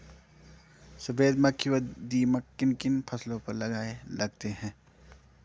सफेद मक्खी व दीमक किन किन फसलों पर लगते हैं?